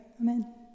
Amen